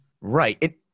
Right